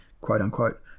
quote-unquote